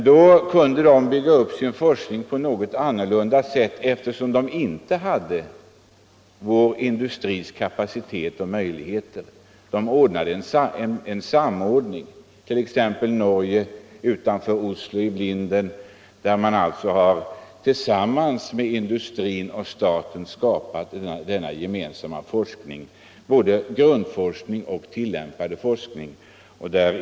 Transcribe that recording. De byggde upp sin forskning på ett något annorlunda sätt, eftersom de inte hade vår industris kapacitet och möjligheter. De åstadkom en samordning, såsom skett exempelvis vid forskningscentrumet utanför Oslo. Där har industrin och staten tillsammans kunnat bygga upp en gemensam forskning, både grundforskning och tillämpad forskning.